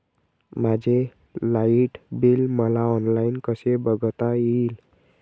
माझे light bill मला online कसे बघता येईल?